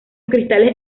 cristales